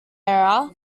era